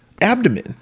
abdomen